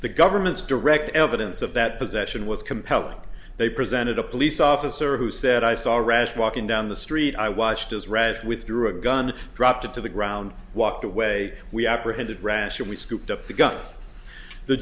the government's direct evidence of that possession was compelling they presented a police officer who said i saw a rash walking down the street i watched as red withdrew a gun dropped to the ground walked away we apprehended rationally scooped up the gun the